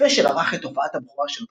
הספיישל ערך את הופעת הבכורה שלו